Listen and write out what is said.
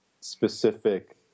specific